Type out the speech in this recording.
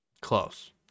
close